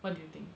what do you think